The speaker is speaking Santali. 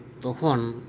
ᱛᱚᱠᱷᱚᱱ